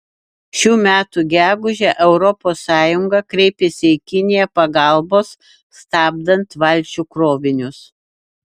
šių metų gegužę europos sąjunga kreipėsi į kiniją pagalbos stabdant valčių krovinius